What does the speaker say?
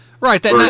Right